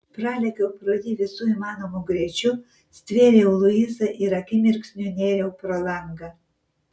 pralėkiau pro jį visu įmanomu greičiu stvėriau luisą ir akimirksniu nėriau pro langą